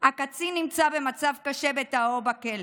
הקצין נמצא במצב קשה בתאו בכלא.